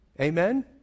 Amen